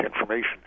information